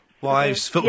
Wives